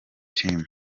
team